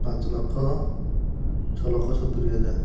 ପାଞ୍ଚ ଲକ୍ଷ ଛଅ ଲକ୍ଷ ସତୁରି ହଜାର